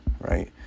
right